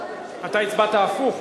אתה הצבעת הפוך?